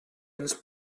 ens